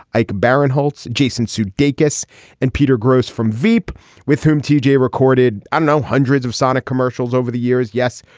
like barron holtz jason sudeikis and peter grosz from veep with whom t j. recorded i know hundreds of sonic commercials over the years yes.